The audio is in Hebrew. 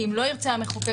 אם לא ירצה המחוקק,